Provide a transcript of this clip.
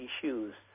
issues